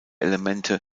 elemente